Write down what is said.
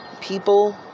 people